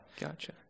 gotcha